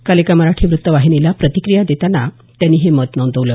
काल एका मराठी व्रत्तवाहिनीला प्रतिक्रिया देताना त्यांनी हे मत नोंदवलं